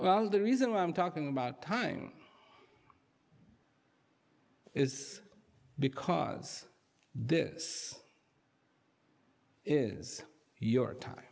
well the reason why i'm talking about timing is because this is your time